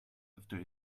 after